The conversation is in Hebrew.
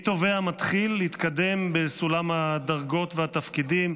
מתובע מתחיל התקדם בסולם הדרגות והתפקידים,